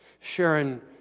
Sharon